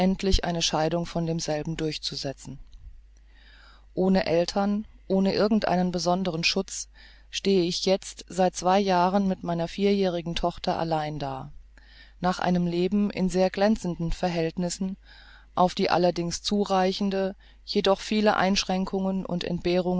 eine scheidung von demselben durchzusetzen ohne eltern ohne irgend einen besondern schutz stehe ich jetzt seit zwei jahren mit einer vierjährigen tochter allein da nach einem leben in sehr glänzenden verhältnissen auf die allerdings zureichende jedoch viele einschränkungen und entbehrungen